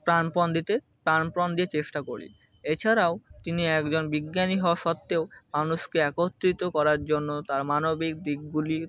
প্রাণপণ দিতে প্রাণপণ দিয়ে চেষ্টা করি এছাড়াও তিনি একজন বিজ্ঞানী হওয়া সত্ত্বেও মানুষকে একত্রিত করার জন্য তার মানবিক দিকগুলি